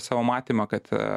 savo matymą kad